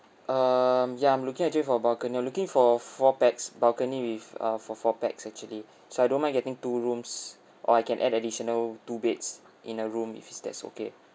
um yeah I'm looking actually for balcony I'm looking for four pax balcony with err for four pax actually so I don't mind getting two rooms or I can add additional two beds in a room if it's that's okay